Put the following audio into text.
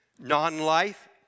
Non-life